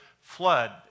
flood